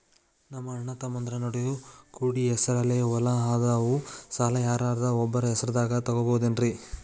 ನಮ್ಮಅಣ್ಣತಮ್ಮಂದ್ರ ನಡು ಕೂಡಿ ಹೆಸರಲೆ ಹೊಲಾ ಅದಾವು, ಸಾಲ ಯಾರ್ದರ ಒಬ್ಬರ ಹೆಸರದಾಗ ತಗೋಬೋದೇನ್ರಿ?